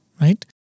Right